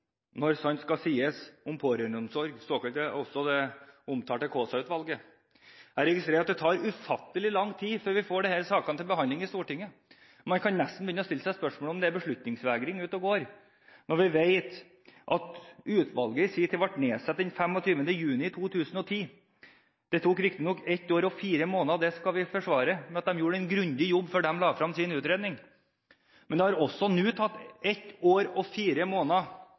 Når det gjelder NOU 2011:17 Når sant skal sies om pårørendeomsorg og det omtalte Kaasa-utvalget, registrerer jeg at det tar ufattelig lang tid før vi får disse sakene til behandling i Stortinget. Man kan nesten stille spørsmål om det er beslutningsvegring ute og går når vi vet at utvalget ble nedsatt 25. juni 2010. Det tok riktignok ett år og fire måneder før de la frem sin utredning, og det skal vi forsvare, for de gjorde en grundig jobb. Men det har nå også gått ett år og fire måneder